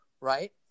Right